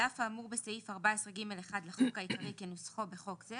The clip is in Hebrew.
על אף האמור בסעיף 14(ג1) לחוק העיקרי כנוסחו בחוק זה,